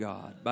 God